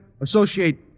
Associate